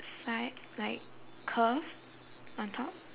side like curves on top